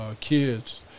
kids